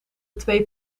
twee